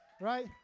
Right